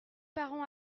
parents